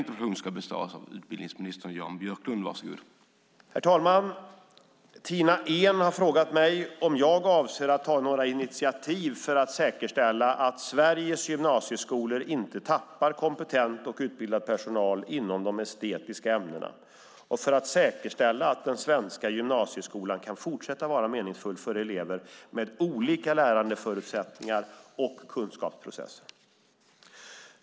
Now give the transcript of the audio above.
Tina Ehn har frågat mig om jag avser att ta några initiativ för att säkerställa att Sveriges gymnasieskolor inte tappar kompetent och utbildad personal inom de estetiska ämnena och för att säkerställa att den svenska gymnasieskolan kan fortsätta att vara meningsfull för elever med olika lärandeförutsättningar och kunskapsprocesser.